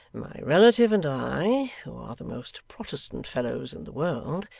my relative and i, who are the most protestant fellows in the world,